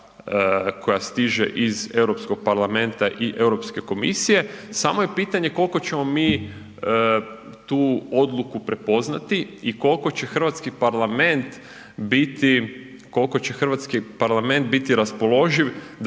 koja stiže iz Europskog parlamenta i Europske komisije, samo je pitanje kolko ćemo mi tu odluku prepoznati i kolko će hrvatski parlament biti, kolko će